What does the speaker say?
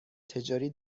تجاری